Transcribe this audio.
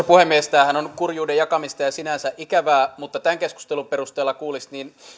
puhemies tämähän on kurjuuden jakamista ja sinänsä ikävää mutta tämän keskustelun perusteella kuulostaisi että